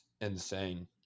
insane